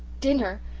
dinner!